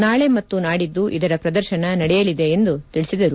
ನಾಳೆ ಮತ್ತು ನಾಡಿದ್ದು ಇದರ ಪ್ರದರ್ಶನ ನಡೆಯಲಿದೆ ಎಂದು ಅವರು ಹೇಳಿದರು